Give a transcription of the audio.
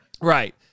Right